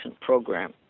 program